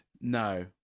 no